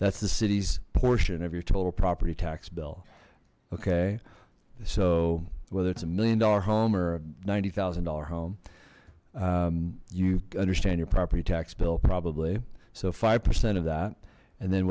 that's the city's poor of your total property tax bill okay so whether it's a million dollar home or ninety thousand dollars home you understand your property tax bill probably so five percent of that and then